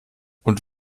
und